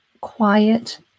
quiet